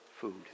food